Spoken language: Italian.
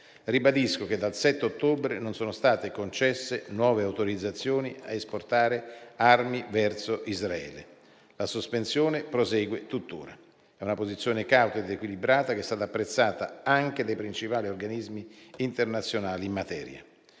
Ribadisco che dal 7 ottobre non sono state concesse nuove autorizzazioni a esportare armi verso Israele. La sospensione prosegue tuttora. È una posizione cauta ed equilibrata che è stata apprezzata anche dei principali organismi internazionali in materia.